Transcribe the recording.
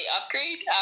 upgrade